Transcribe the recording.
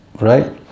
right